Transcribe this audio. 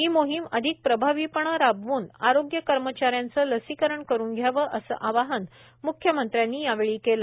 ही मोहीम अधिक प्रभावीपणे राबवून आरोग्य कर्मचाऱ्यांचं लसीकरण करुन घ्यावं असं आवाहन मुख्यमंत्र्यांनी यावेळी केलं